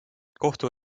kohtu